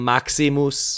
Maximus